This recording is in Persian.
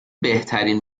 بهترین